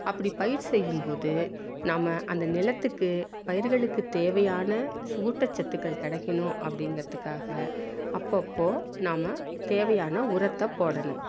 அப்படி பயிர் செய்யும் போது நம்ம அந்த நிலத்துக்கு பயிர்களுக்கு தேவையான ஊட்டச்சத்துக்கள் கிடைக்கணும் அப்படிங்குறதுக்காக அப்பப்போ நாம் தேவையான உரத்தை போடணும்